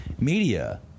media